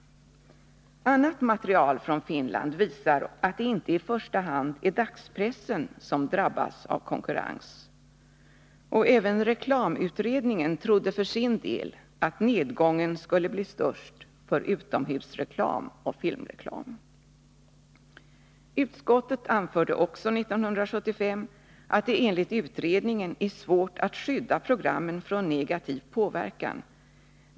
Annat material från Finland visar att det inte är i första hand dagspressen som drabbas av konkurrens. Reklamutredningen trodde för sin del att nedgången skulle bli störst för utomhusreklam och filmreklam. Utskottet anförde 1975 också att det enligt utredningen är svårt att skydda programmen från negativ påverkan.